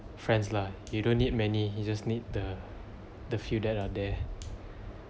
friends lah you don't need many you just need the the few that are there